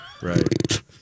Right